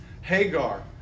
Hagar